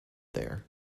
there